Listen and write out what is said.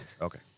Okay